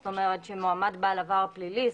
זאת אומרת שמועמד בעל עבר פלילי,